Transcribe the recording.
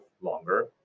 longer